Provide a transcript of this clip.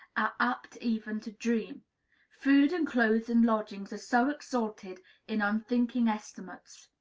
are apt even to dream food and clothes and lodgings are so exalted in unthinking estimates.